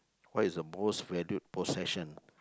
what is the most valued possession